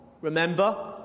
remember